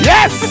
Yes